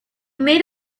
made